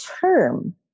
term